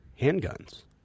handguns